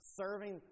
serving